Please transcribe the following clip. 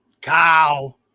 Cow